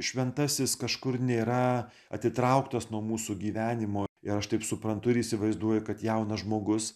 šventasis kažkur nėra atitrauktas nuo mūsų gyvenimo ir aš taip suprantu ir įsivaizduoju kad jaunas žmogus